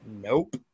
nope